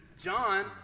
John